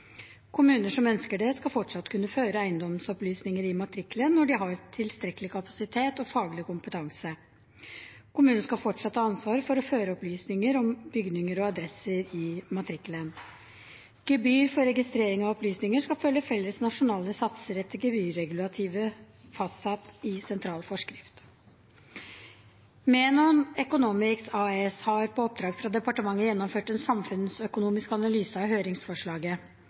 Kommuner som ønsker det, skal fortsatt kunne føre eiendomsopplysninger i matrikkelen når de har tilstrekkelig kapasitet og faglig kompetanse. Kommunene skal fortsatt ha ansvaret for å føre opplysninger om bygninger og adresser i matrikkelen. Gebyr for registrering av opplysninger skal følge felles nasjonale satser etter gebyrregulativ fastsatt i sentral forskrift. Menon Economics AS har på oppdrag fra departementet gjennomført en samfunnsøkonomisk analyse av høringsforslaget.